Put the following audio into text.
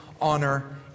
honor